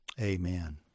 Amen